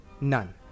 None